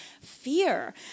fear